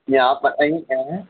جی آپ بتائیے کیا ہے